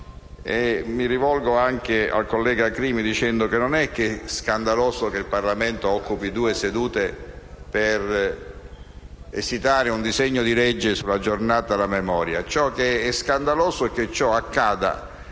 Mi rivolgo anche al collega Crimi: non è scandaloso che il Parlamento occupi due sedute per esitare un disegno di legge su una giornata della memoria; è scandaloso che ciò accada